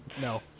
No